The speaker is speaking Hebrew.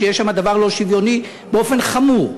שיש שם דבר לא שוויוני באופן חמור.